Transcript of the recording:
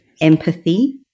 empathy